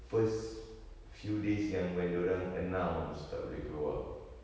first few days yang when dia orang announce tak boleh keluar